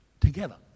together